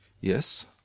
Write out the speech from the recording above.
Yes